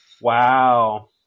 Wow